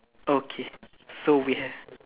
okay so we have